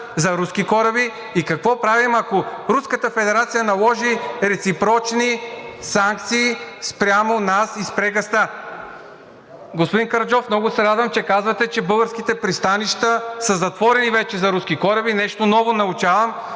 за руски кораби и какво правим, ако Руската федерация наложи реципрочни санкции спрямо нас и спре газа? (Реплика.) Господин Караджов, много се радвам, че казвате, че българските пристанища са затворени вече за руски кораби, нещо ново научавам.